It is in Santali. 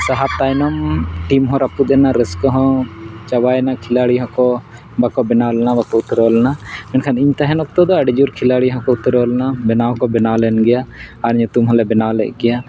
ᱥᱟᱦᱟ ᱛᱟᱭᱱᱚᱢ ᱴᱤᱢ ᱦᱚᱸ ᱨᱟᱹᱯᱩᱫ ᱮᱱᱟ ᱨᱟᱹᱥᱠᱟᱹ ᱠᱚᱦᱚᱸ ᱪᱟᱵᱟᱭᱮᱱᱟ ᱠᱷᱤᱞᱟᱲᱤ ᱦᱚᱸᱠᱚ ᱵᱟᱠᱚ ᱵᱮᱱᱟᱣ ᱞᱮᱱᱟ ᱵᱟᱠᱚ ᱩᱛᱨᱟᱹᱣ ᱞᱮᱱᱟ ᱢᱮᱱᱠᱷᱟᱱ ᱤᱧ ᱛᱟᱦᱮᱱ ᱚᱠᱛᱚ ᱫᱚ ᱟᱹᱰᱤ ᱡᱳᱨ ᱠᱷᱮᱞᱟᱲᱤ ᱦᱚᱸᱠᱚ ᱩᱛᱨᱟᱹᱣ ᱞᱮᱱᱟ ᱵᱮᱱᱟᱣ ᱦᱚᱸᱠᱚ ᱵᱮᱱᱟᱣ ᱞᱮᱱᱜᱮᱭᱟ ᱟᱨ ᱧᱩᱛᱩᱢ ᱦᱚᱸᱞᱮ ᱵᱮᱱᱟᱣ ᱞᱮᱫ ᱜᱮᱭᱟ